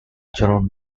german